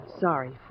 sorry